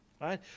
right